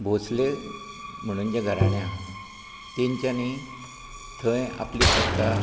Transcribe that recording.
भोसले म्हणून जें घराणे हा तेंच्यानी थंय आपली सत्ता